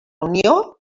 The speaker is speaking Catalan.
unió